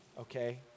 okay